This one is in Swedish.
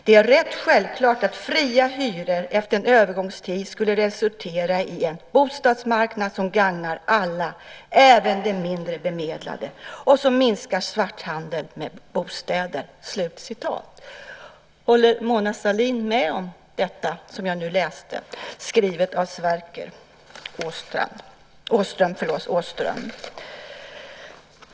Det är rätt självklart att fria hyror efter en övergångstid skulle resultera i en bostadsmarknad som gagnar alla, även de mindre bemedlade, och som minskar svarthandeln med bostäder." Håller Mona Sahlin med om det jag nu läst upp, skrivet av Sverker Åström?